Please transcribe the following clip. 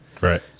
Right